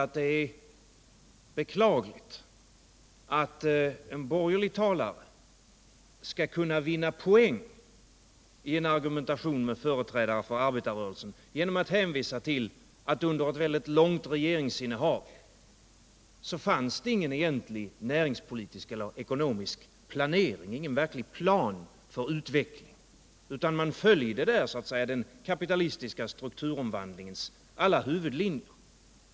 att det är beklagligt att en borgerlig talare skall kunna vinna poäng i en argumentation med en företrädare för arbetarrörelsen genom att hänvisa till att det under ett väldigt långt regeringsinnehav inte fanns någon egentlig näringspolitisk eller ekonomisk plancring, ingen verklig plan för utveckling, utan att man följde den kapitalistiska strukturomvandlingens alla huvudlinjer.